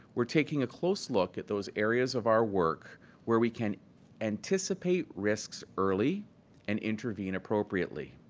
we're taking a close look at those areas of our work where we can anticipate risks early and intervene appropriately.